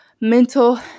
mental